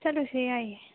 ꯆꯠꯂꯨꯁꯦ ꯌꯥꯏꯑꯦ